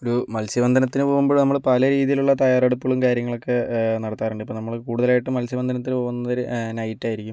ഒരു മത്സ്യബന്ധനത്തിന് പോകുമ്പോൾ നമ്മൾ പല രീതിയിലുള്ള തയ്യാറെടുപ്പുകളും കാര്യങ്ങളും ഒക്കെ നടത്താറുണ്ട് ഇപ്പം നമ്മൾ കൂടുതലായിട്ടും മത്സ്യബന്ധനത്തിനു പോകുന്നത് നൈറ്റ് ആയിരിക്കും